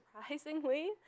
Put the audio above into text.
surprisingly